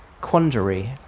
quandary